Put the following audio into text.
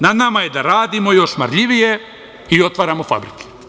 Na nama je da radimo još marljivije i otvaramo fabrike“